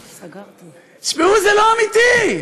תשמעו, זה לא אמיתי.